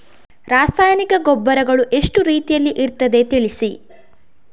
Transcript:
ರಾಸಾಯನಿಕ ಗೊಬ್ಬರಗಳು ಎಷ್ಟು ರೀತಿಯಲ್ಲಿ ಇರ್ತದೆ ತಿಳಿಸಿ?